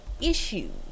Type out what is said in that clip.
issues